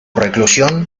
reclusión